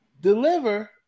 deliver